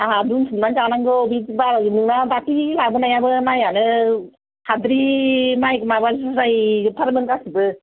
आंहा दोनथुमनानै जानांगौ नोंना दाखालि लाबोनायाबो माइयानो हाद्रि माइ माबा जुजाय जोबथार मोन गासिबो